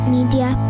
Media